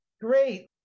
Great